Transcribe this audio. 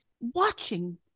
watching